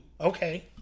Okay